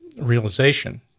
realization